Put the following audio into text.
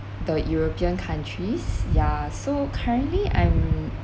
the european countries yeah so currently I'm